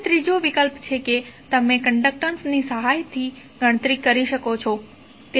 હવે ત્રીજો વિકલ્પ છે કે તમે કન્ડકટન્સ ની સહાયથી ગણતરી કરી શકો છો